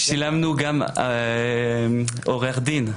שילמנו גם לעורך דין,